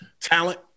Talent